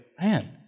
man